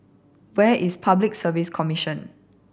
where is Public Service Commission